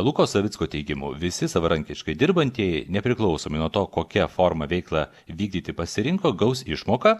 luko savicko teigimu visi savarankiškai dirbantieji nepriklausomai nuo to kokia forma veiklą vykdyti pasirinko gaus išmoką